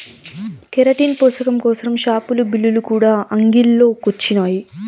keratin పోసకం కోసరం షావులు, బిల్లులు కూడా అంగిల్లో కొచ్చినాయి